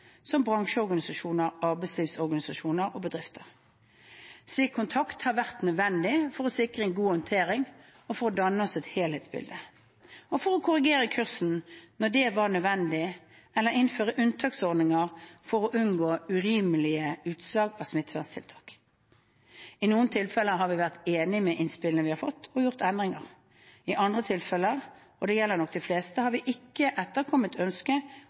som bransjeorganisasjoner, arbeidslivsorganisasjoner og bedrifter. Slik kontakt har vært nødvendig for å sikre en god håndtering og for å danne oss et helhetsbilde, og for å korrigere kursen når det har vært nødvendig eller innføre unntaksordninger for å unngå urimelige utslag av smitteverntiltak. I noen tilfeller har vi vært enig i innspillene vi har fått, og gjort endringer. I andre tilfeller, og det gjelder nok de aller fleste, har vi ikke etterkommet